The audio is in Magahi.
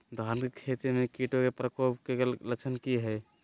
धान की खेती में कीटों के प्रकोप के लक्षण कि हैय?